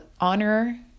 honor